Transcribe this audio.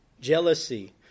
Jealousy